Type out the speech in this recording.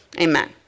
Amen